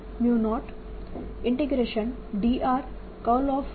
A B0 J J10 W120dr